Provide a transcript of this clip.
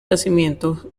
yacimientos